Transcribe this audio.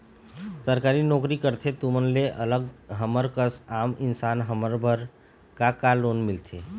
सरकारी नोकरी करथे तुमन ले अलग हमर कस आम इंसान हमन बर का का लोन मिलथे?